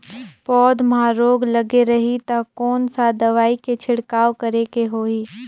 पौध मां रोग लगे रही ता कोन सा दवाई के छिड़काव करेके होही?